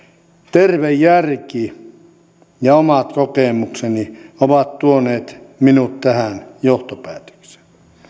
terve järki ja omat kokemukseni ovat tuoneet minut tähän johtopäätökseen